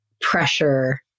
pressure